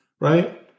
right